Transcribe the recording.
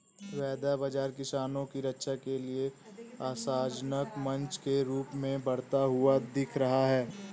वायदा बाजार किसानों की रक्षा के लिए आशाजनक मंच के रूप में बढ़ता हुआ दिख रहा है